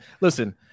Listen